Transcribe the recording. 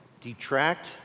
detract